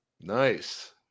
Nice